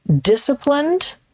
disciplined